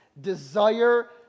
desire